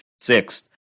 sixth